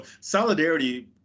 solidarity